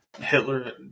Hitler